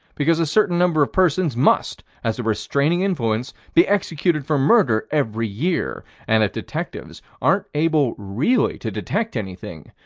because a certain number of persons must, as a restraining influence, be executed for murder every year and, if detectives aren't able really to detect anything,